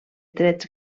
trets